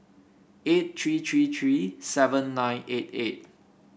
eight three three three seven nine eight eight